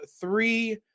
three